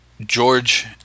George